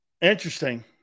Interesting